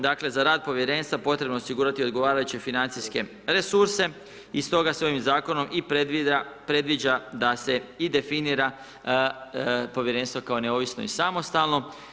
Dakle, za rad povjerenstva potrebno je osigurati odgovarajuće financijske resurse i stoga s ovim zakonom i predviđa da se i definira povjerenstvo kao neovisno i samostalno.